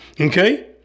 Okay